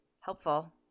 helpful